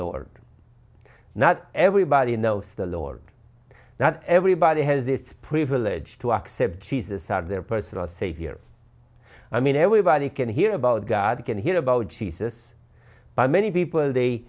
lord not everybody knows the lord that everybody has this privilege to accept jesus as their personal savior i mean everybody can hear about god can hear about jesus by many people they